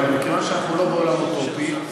אבל מכיוון שאנחנו לא בעולם אוטופי,